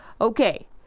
Okay